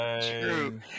True